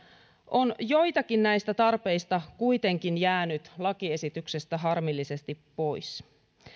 on joitakin näistä tarpeista kuitenkin jäänyt lakiesityksestä harmillisesti pois